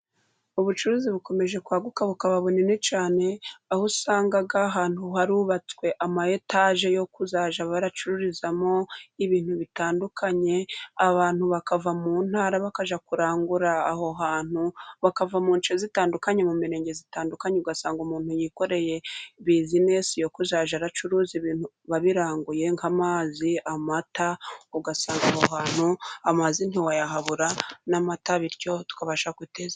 Ubucuruzi bukomeje kwaguka bukaba bunini cyane， aho usanga ahantu harubatswe amayetaje yo kuzajya bayacururizamo ibintu bitandukanye， abantu bakava mu ntara bakajya kurangura aho hantu，bakava mu nshe zitandukanye， mu mirenge itandukanye，ugasanga umuntu yikoreye bizinesi yo kuzajya aracuruza ibintu abiranguye， nk'amazi，amata， ugasanga aho hantu amazi ntiwayahabura， n'amata， bityo tukabasha guteza.....